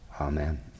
Amen